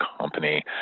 company